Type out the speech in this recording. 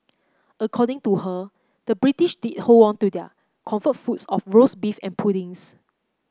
according to her the British did hold on to their comfort foods of roast beef and puddings